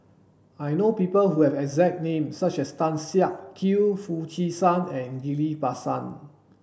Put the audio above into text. I know people who have a exact name such as Tan Siak Kew Foo Chee San and Ghillie Basan